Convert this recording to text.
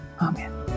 Amen